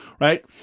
right